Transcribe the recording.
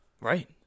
Right